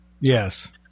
Yes